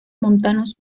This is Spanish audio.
montanos